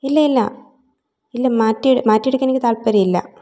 ഇല്ല ഇല്ല ഇല്ല മാറ്റി മാറ്റിയെടുക്കാൻ എനിക്ക് താല്പര്യം ഇല്ല